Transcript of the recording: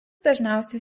dažniausiai